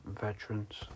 veterans